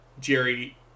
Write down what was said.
Jerry